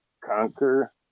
conquer